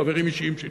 חברים אישיים שלי,